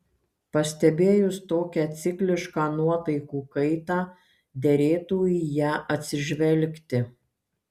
pastebėjus tokią ciklišką nuotaikų kaitą derėtų į ją atsižvelgti